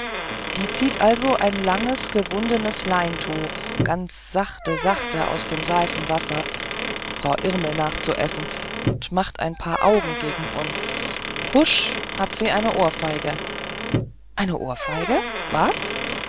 die zieht so ein langes gewundenes leintuch ganz sachte sachte aus dem seifenwasser frau irmel nachzuäffen und macht ein paar augen gegen uns husch hat sie eine ohrfeige eine ohrfeige was